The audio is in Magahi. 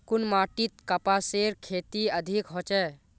कुन माटित कपासेर खेती अधिक होचे?